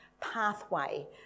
pathway